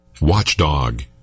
Watchdog